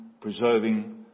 preserving